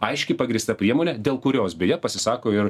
aiški pagrįsta priemonė dėl kurios beje pasisako ir